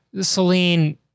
Celine